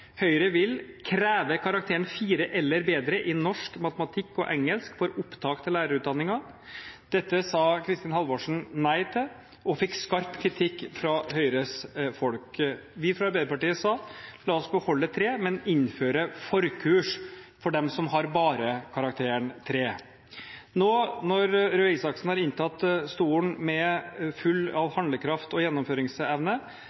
Høyre vil «kreve karakteren 4 eller bedre i norsk, matematikk og engelsk for opptak til lærerutdanningen Dette sa Kristin Halvorsen nei til og fikk skarp kritikk fra Høyres folk. Vi fra Arbeiderpartiet sa: La oss beholde karakteren 3, men innføre forkurs for dem som har bare karakteren 3. Nå når Røe Isaksen har inntatt stolen, full av handlekraft og gjennomføringsevne,